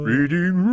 Reading